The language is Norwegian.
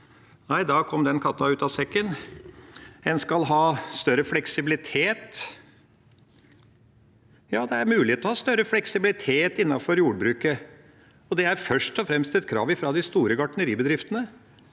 Da kom den katta ut av sekken. En skal ha større fleksibilitet – ja, det er mulig å ha større fleksibilitet innenfor jordbruket, og det er først og fremst et krav fra de store gartneribedriftene.